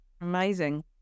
Amazing